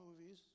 movies